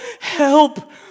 help